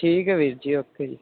ਠੀਕ ਹੈ ਵੀਰ ਜੀ ਓਕੇ ਜੀ